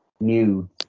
New